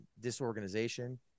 disorganization